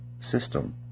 system